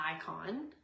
icon